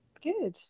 Good